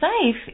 safe